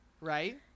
right